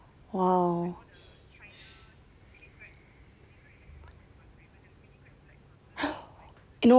!wow!